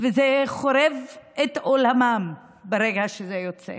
זה מחריב את עולמם ברגע שזה יוצא.